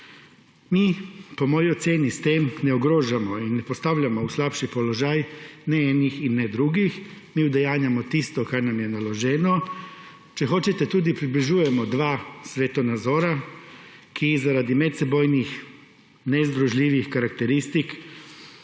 Mi po moji oceni s tem ne ogrožamo in ne postavljamo v slabši položaj ne enih in ne drugih. Mi udejanjamo tisto, kar nam je naloženo, če hočete, tudi približujemo dva svetovna nazora, ki zaradi medsebojnih nezdružljivih karakteristik